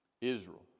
Israel